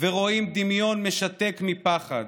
ורואים דמיון משתק מפחד: